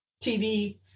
TV